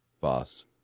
fast